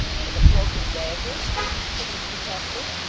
with a cloak and dagger said mr chester.